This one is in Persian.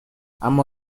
اما